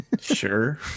sure